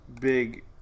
big